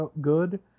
good